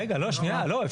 רגע, שנייה, לא.